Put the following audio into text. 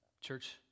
church